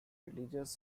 religious